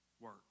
work